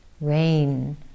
rain